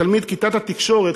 תלמיד כיתת התקשורת,